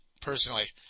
personally